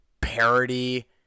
parody